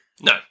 No